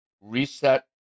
reset